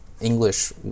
English